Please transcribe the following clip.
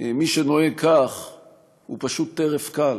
מי שנוהג כך הוא פשוט טרף קל,